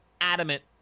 Adamant